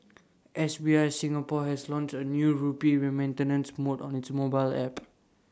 S B I Singapore has launched A new rupee remittance mode on its mobile app